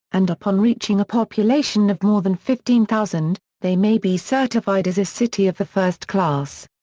and upon reaching a population of more than fifteen thousand, they may be certified as a city of the first class.